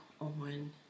on